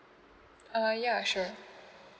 uh ya sure